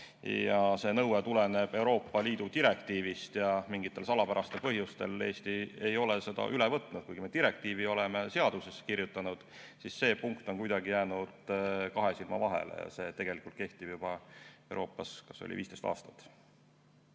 See nõue tuleneb Euroopa Liidu direktiivist ja mingitel salapärastel põhjustel Eesti ei ole seda üle võtnud. Kuigi me direktiivi oleme seadusse kirjutanud, siis see punkt on kuidagi jäänud kahe silma vahele. See tegelikult on Euroopas kehtinud vist